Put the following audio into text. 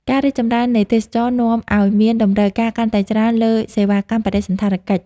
ការរីកចម្រើននៃទេសចរណ៍នាំឲ្យមានតម្រូវការកាន់តែច្រើនលើសេវាកម្មបដិសណ្ឋារកិច្ច។